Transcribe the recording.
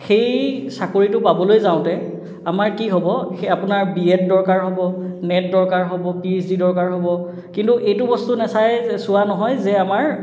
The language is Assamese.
সেই চাকৰিটো পাবলৈ যাওঁতে আমাৰ কি হ'ব সেই আপোনাৰ বি এড দৰকাৰ হ'ব নেট দৰকাৰ হ'ব পি এইচ ডি দৰকাৰ হ'ব কিন্তু এইটো বস্তু নাচায় যে চোৱা নহয় যে আমাৰ